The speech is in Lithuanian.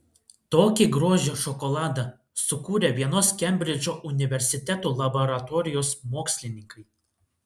tokį grožio šokoladą sukūrė vienos kembridžo universiteto laboratorijos mokslininkai